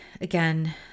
again